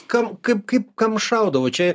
kam kaip kaip kam šaudavo čia